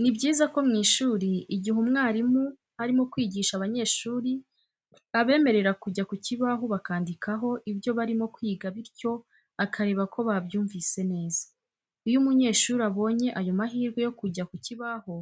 Ni byiza ko mu ishuri igihe umwarimu arimo kwigisha abanyeshuri, abemerera kujya ku kibaho bakandikaho ibyo barimo kwiga bityo akareba ko babyumvise neza. Iyo umunyeshuri abonye ayo mahirwe yo kujya ku kibaho